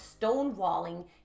stonewalling